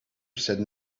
said